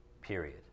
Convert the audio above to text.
period